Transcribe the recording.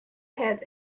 had